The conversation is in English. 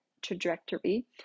trajectory